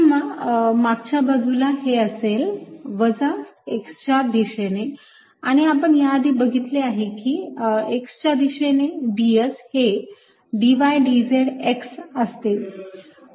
किंवा मागच्या बाजूला हे असेल वजा x च्या दिशेने आणि आपण याआधी बघितलेले आहे की x च्या दिशेने ds हे dy dz x असते